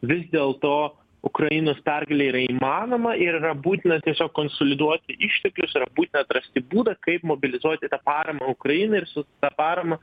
vis dėlto ukrainos pergalė yra įmanoma ir yra būtina tiesiog konsoliduoti išteklius yra būtina atrasti būdą kaip mobilizuoti tą paramą ukrainai ir su ta parama